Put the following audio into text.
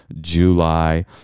July